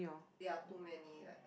ya too many like